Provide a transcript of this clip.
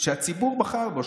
שהציבור בחר בו,